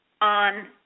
on